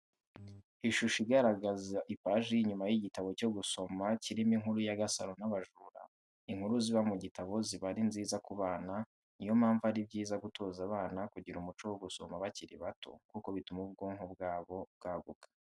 Ishusho igaragaza ipaji y'inyuma y'igitabo cyo gusama kirimo inkuru ya Gasaro n'abajura, inkuru ziba mu bitabo ziba ari nziza ku bana, ni yo mpamvu ari byiza gutoza abana kugira umuco wo gusoma bakiri bato kuko bituma ubwonko bwabo bwaguka.